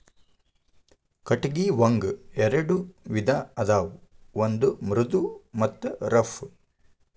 ಕಟಗಿ ಒಂಗ ಎರೆಡ ವಿಧಾ ಅದಾವ ಒಂದ ಮೃದು ಮತ್ತ ರಫ್